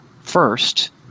first